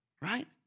right